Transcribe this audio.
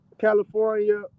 California